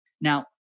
Now